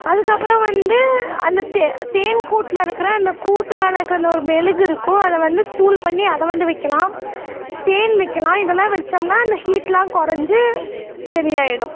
அதுக்கப்பறம் வந்து அந்த தே தேன் கூட்டுல இருக்கிற அந்த கூட்டு மேல இருக்கிற அந்த ஒரு மெழுகு இருக்கும் அதை வந்து தூள் பண்ணி அதை வந்து வைக்கலாம் தேன் வைக்கலாம் இதெல்லாம் வச்சோம்னா அந்த ஹீட்லாம் கொறைஞ்சி சரி ஆகிடும்